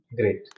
Great